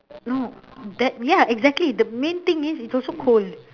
no that ya exactly the main thing is it's also cold